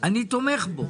אני תומך בו.